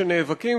שנאבקים,